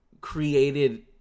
created